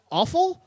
awful